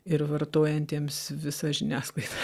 ir vartojantiems visą žiniasklaidą